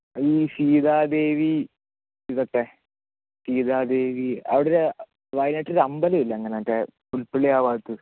ഈ സീതാദേവി ഇതൊക്കെ സീതാദേവി അവിടെയൊരു വയനാട്ടിലൊരു അമ്പലമില്ലേ അങ്ങനത്തെ പൊൽപ്പുള്ളി ആ ഭാഗത്ത്